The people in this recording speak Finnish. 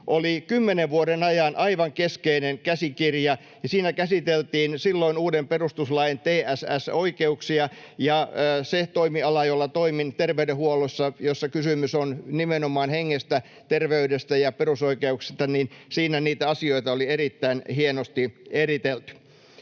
oli kymmenen vuoden ajan aivan keskeinen käsikirja, jossa käsiteltiin silloin uuden perustuslain TSS-oikeuksia — sillä toimialalla, jolla toimin terveydenhuollossa, on kysymys nimenomaan hengestä, terveydestä ja perusoikeuksista — niin siinä kirjassa niitä asioita oli erittäin hienosti eritelty.